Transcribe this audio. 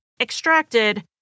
extracted